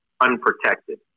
unprotected